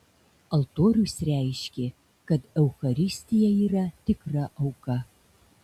altorius reiškė kad eucharistija yra tikra auka